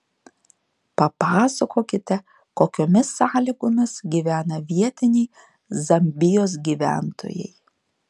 papasakokite kokiomis sąlygomis gyvena vietiniai zambijos gyventojai